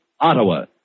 Ottawa